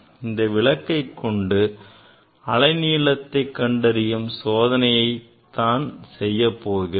நாம் இந்த விளக்கை கொண்டு அலைநீளத்தை கண்டறியும் சோதனையை தான் செய்யப் போகிறோம்